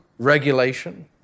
regulation